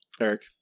Eric